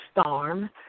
Storm